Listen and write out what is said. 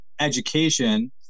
education